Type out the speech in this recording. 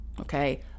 Okay